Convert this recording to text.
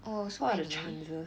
oh so many